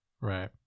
Right